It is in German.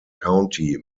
county